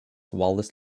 whilst